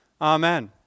Amen